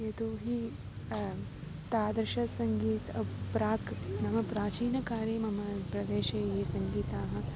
यतो हि तादृशं सङ्गीतं प्राक् नाम प्राचीनकाले मम प्रदेशे ये सङ्गीताः